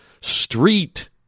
street